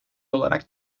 olarak